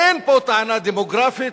אין פה טענה דמוגרפית,